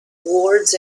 wards